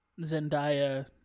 Zendaya